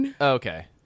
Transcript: okay